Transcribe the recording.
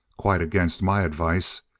quite against my advice.